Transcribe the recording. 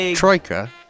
Troika